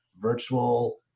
virtual